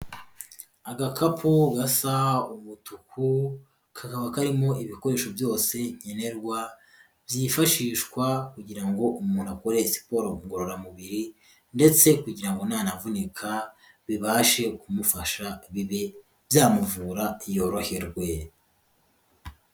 Agakapu gasa umutuku, kakaba karimo ibikoresho byose nkenerwa byifashishwa kugira ngo umuntu akore siporo ngororamubiri ndetse kugira ngo nanavunika bibashe kumufasha bibe byamuvura yoroherwe.